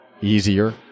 easier